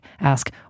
Ask